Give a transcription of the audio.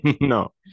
No